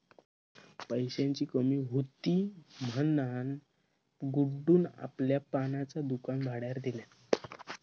पैशाची कमी हुती म्हणान गुड्डून आपला पानांचा दुकान भाड्यार दिल्यान